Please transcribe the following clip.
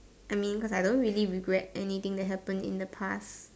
I mean I don't really regret anything that happen in the past